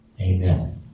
amen